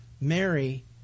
Mary